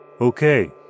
Okay